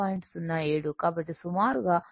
07 కాబట్టి సుమారుగా 7